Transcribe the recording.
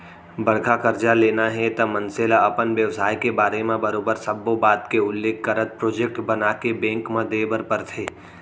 बड़का करजा लेना हे त मनसे ल अपन बेवसाय के बारे म बरोबर सब्बो बात के उल्लेख करत प्रोजेक्ट बनाके बेंक म देय बर परथे